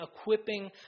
equipping